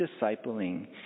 discipling